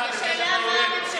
השר שי, השאלה, מה הממשלה עושה?